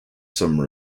some